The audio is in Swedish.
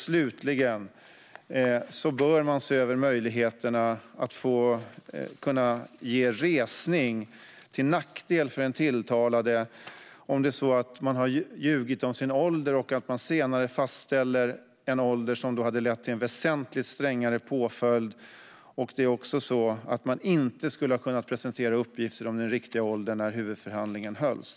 Slutligen bör man se över möjligheterna att ge resning till nackdel för den tilltalade om det är så att denne har ljugit om sin ålder och man senare fastställer en ålder som hade lett till en väsentligt strängare påföljd. Detta förutsätter att man inte skulle ha kunnat presentera uppgifter om den riktiga åldern när huvudförhandlingen hölls.